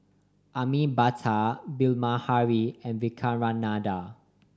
Amitabh Bilahari and Vivekananda